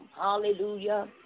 Hallelujah